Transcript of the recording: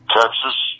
Texas